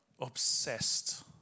obsessed